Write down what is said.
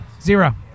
Zero